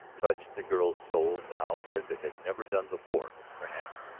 touched the girl's soul now as it had never done before perhaps,